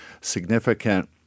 significant